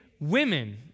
Women